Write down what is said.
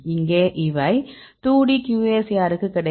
இங்கே இவை 2D QSAR க்கு கிடைக்கும்